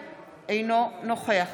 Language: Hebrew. אינו נוכח